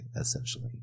essentially